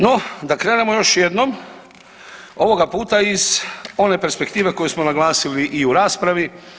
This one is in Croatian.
No, da krenemo još jednom, ovoga puta iz one perspektive koju smo naglasili i u raspravi.